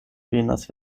venas